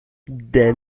des